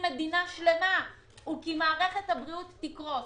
מדינה שלמה הוא כי מערכת הבריאות תקרוס.